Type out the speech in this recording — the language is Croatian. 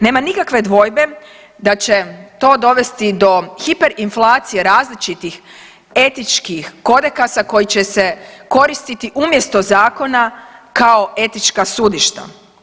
Nema nikakve dvojbe da će to dovesti do hiperinflacije različitih etičkih kodekasa koji će se koristiti umjesto zakona kao etička sudišta.